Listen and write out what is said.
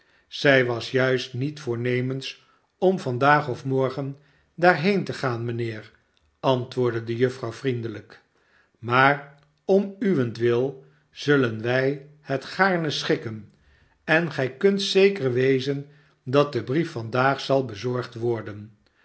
zij was juist niet voornemens om vandaag of morgen daarheen te gaan mijnheer antwoordde de juffrouw vriendelijk j maar om uwentwil zullen wij het gaarne schikken en gij kunt zeker wezen dat de brief vandaag zal bezorgd worden